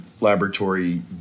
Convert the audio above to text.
laboratory